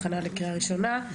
הכנה לקריאה ראשונה,